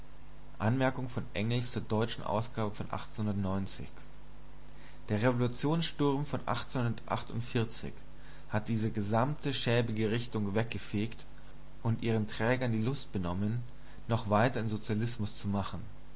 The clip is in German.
der revolutionssturm von hat diese gesamte schäbige richtung weggefegt und ihren trägern die lust benommen noch weiter in sozialismus zu machen